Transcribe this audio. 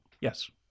yes